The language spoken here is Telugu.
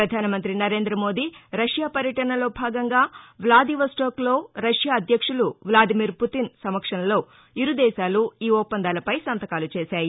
ప్రధానమంతి నరేంద్ర మోదీ రష్యా పర్యటనలో భాగంగా వ్లాదివాస్తోక్ లో రష్యా అధ్యక్షులు వ్లాదిమిర్ పుతిన్ సమక్షంలో ఇరు దేశాలు ఈ ఒప్పందాలపై సంతకాలు చేశాయి